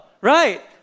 right